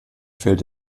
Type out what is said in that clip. fällt